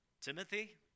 Timothy